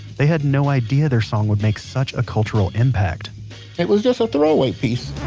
they had no idea their song would make such a cultural impact it was just a throwaway piece